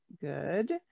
good